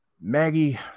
Maggie